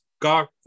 God